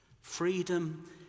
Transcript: Freedom